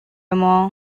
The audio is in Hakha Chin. maw